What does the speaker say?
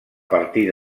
partir